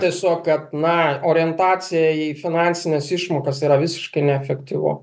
tiesiog kad na orientacija į finansines išmokas tai yra visiškai neefektyvu